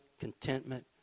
contentment